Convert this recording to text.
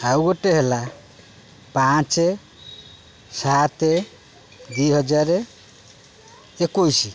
ଆଉ ଗୋଟେ ହେଲା ପାଞ୍ଚ ସାତ ଦୁଇ ହଜାର ଏକୋଇଶ